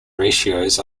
ratios